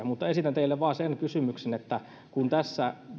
mutta esitän teille vain sen kysymyksen että kun tässä